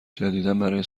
جدیدابرای